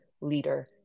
leader